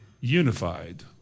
unified